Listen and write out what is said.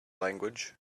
language